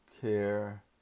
care